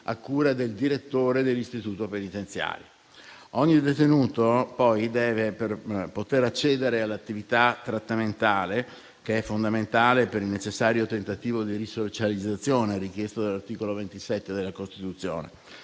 a cura del direttore dell'istituto penitenziario. Ogni detenuto, poi, deve poter accedere all'attività trattamentale, che è fondamentale per il necessario tentativo di risocializzazione richiesto dall'articolo 27 della Costituzione.